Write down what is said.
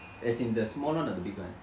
as in the small one or the big one